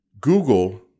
Google